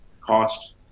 cost